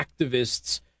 activists